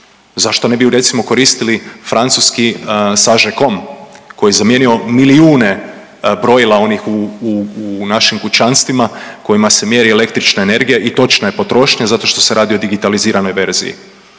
Zašto ne bi ju recimo koristili francuski Sagemcom koji je zamijenio milijune brojila onih u našim kućanstvima kojima se mjeri električna energija i točna je potrošnja zato što se radi o digitaliziranoj verziji?